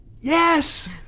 yes